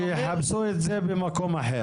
ושיחפשו את זה במקום אחר?